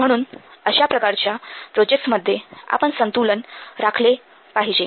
म्हणून अश्या विविध प्रकारच्या प्रोजेक्टसमध्ये आपण संतुलन राखले पाहिजे